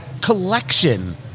collection